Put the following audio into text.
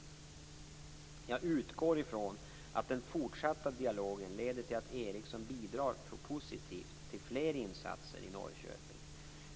Jag utgår ifrån att den fortsatta dialogen leder till att Ericsson bidrar positivt till fler insatser i Norrköping.